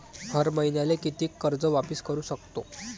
हर मईन्याले कितीक कर्ज वापिस करू सकतो?